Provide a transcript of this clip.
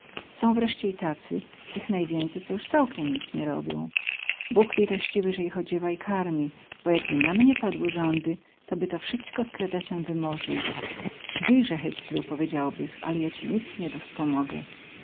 są wreście i tacy tych najwięcy co juz całkiem nic nie robią bóg lutościwy ze ich odziewa i karmi bo jakby na mnie padły rządy to bych to wsyćko z kretesem wymorzył zyjze hyclu powiedziałbych ale ja ci nic nie dospomogę to